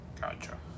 gotcha